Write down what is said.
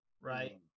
right